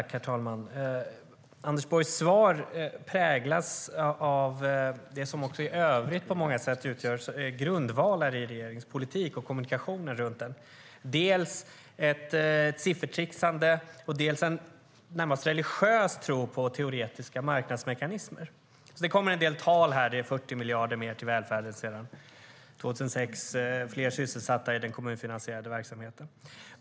Herr talman! Anders Borgs svar präglas av det som också i övrigt på många sätt utgör grundvalar för regeringens politik och kommunikationen runt den. Det är dels ett siffertricksande, dels en närmast religiös tro på teoretiska marknadsmekanismer. Det finns en del tal: Det är 40 miljarder mer till välfärden sedan 2006 och fler sysselsatta i den kommunfinansierade verksamheten.